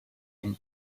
and